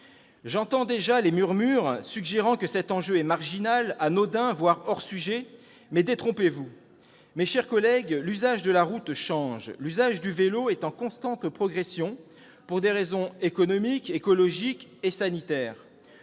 J'entends déjà des murmures me suggérer que cet enjeu est marginal, anodin, voire hors sujet. Détrompez-vous, mes chers collègues : l'usage de la route change ! L'usage du vélo est en constante progression pour des raisons économiques, écologiques et sanitaires.